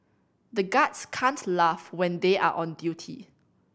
the guards can't laugh when they are on duty